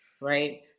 Right